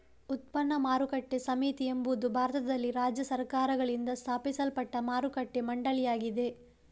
ಉತ್ಪನ್ನ ಮಾರುಕಟ್ಟೆ ಸಮಿತಿ ಎಂಬುದು ಭಾರತದಲ್ಲಿ ರಾಜ್ಯ ಸರ್ಕಾರಗಳಿಂದ ಸ್ಥಾಪಿಸಲ್ಪಟ್ಟ ಮಾರುಕಟ್ಟೆ ಮಂಡಳಿಯಾಗಿದೆ